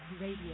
Radio